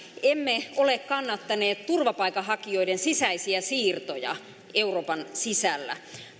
emme ole kannattaneet turvapaikanhakijoiden sisäisiä siirtoja euroopan sisällä